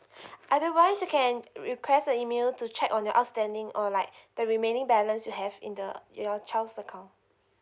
otherwise you can request an email to check on your outstanding or like the remaining balance you have in the your child's account